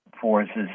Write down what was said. forces